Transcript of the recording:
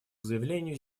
заявлению